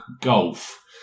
Golf